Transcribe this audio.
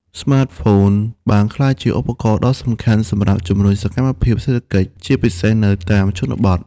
ស្មាតហ្វូនបានក្លាយជាឧបករណ៍ដ៏សំខាន់សម្រាប់ជំរុញសកម្មភាពសេដ្ឋកិច្ច ជាពិសេសនៅតាម ជនបទ។